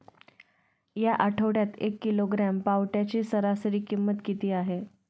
या आठवड्यात एक किलोग्रॅम पावट्याची सरासरी किंमत किती आहे?